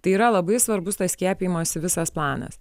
tai yra labai svarbus tas skiepijimosi visas planas